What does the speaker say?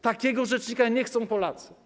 Takiego rzecznika nie chcą Polacy.